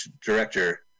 director